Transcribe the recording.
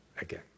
again